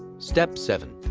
step seven.